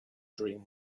dream